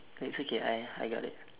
no it's okay I I got it